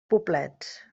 poblets